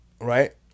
right